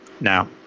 Now